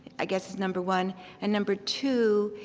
i guess it's number one and number two,